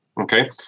Okay